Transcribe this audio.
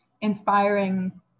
inspiring